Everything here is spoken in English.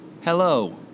Hello